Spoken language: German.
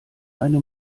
eine